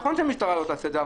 נכון שהמשטרה לא תעשה את זה,